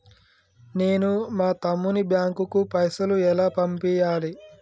నేను మా తమ్ముని బ్యాంకుకు పైసలు ఎలా పంపియ్యాలి?